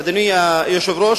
אדוני היושב-ראש,